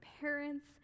parents